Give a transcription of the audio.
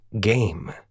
game